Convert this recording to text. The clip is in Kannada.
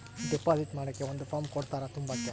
ಡೆಪಾಸಿಟ್ ಮಾಡಕ್ಕೆ ಒಂದ್ ಫಾರ್ಮ್ ಕೊಡ್ತಾರ ತುಂಬಕ್ಕೆ